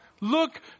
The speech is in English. Look